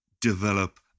develop